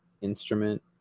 instrument